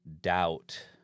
doubt